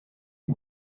les